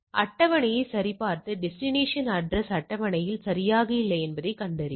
அட்டவணையைச் சரிபார்த்து destination address அட்டவணையில் சரியாக இல்லை என்பதைக் கண்டறியும்